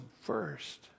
first